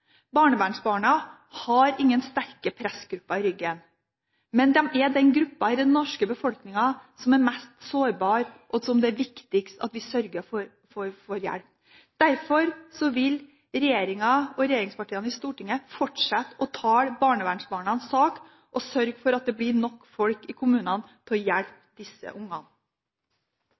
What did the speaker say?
Barnevernsbarna har ingen sterke pressgrupper i ryggen, men de er den gruppen i den norske befolkningen som er mest sårbar, og som det er viktigst å sørge for får hjelp. Derfor vil regjeringen og regjeringspartiene i Stortinget fortsette å tale barnevernsbarnas sak og sørge for at det blir nok folk i kommunene til å hjelpe disse ungene.